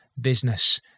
business